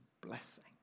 blessing